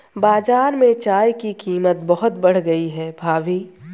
बाजार में चाय की कीमत बहुत बढ़ गई है भाभी